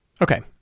Okay